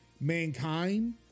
mankind